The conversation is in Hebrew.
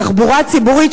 תחבורה ציבורית,